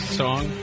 song